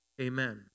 amen